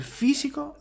fisico